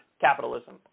capitalism